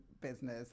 business